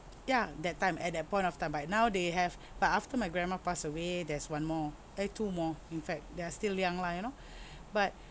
ya that time at that point of time but now they have but after my grandma passed away there's one more eh two more in fact they are still young lah you know but